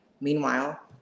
Meanwhile